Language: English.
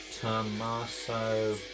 Tommaso